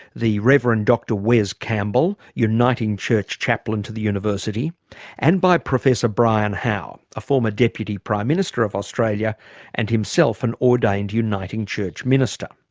the reverend doctor wes campbell, uniting church chaplain to the university and by professor brian howe a former deputy prime minister of australia and himself an ordained uniting church minister.